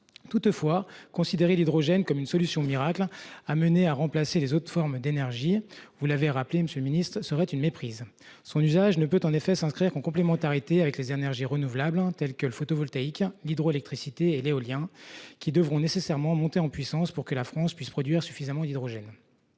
vous-même : considérer l'hydrogène comme une solution miracle appelée à remplacer les autres formes d'énergie reviendrait à se méprendre. Son usage ne peut s'inscrire qu'en complémentarité avec les énergies renouvelables telles que le photovoltaïque, l'hydroélectricité et l'éolien, lesquelles devront nécessairement monter en puissance pour que la France puisse produire suffisamment d'hydrogène.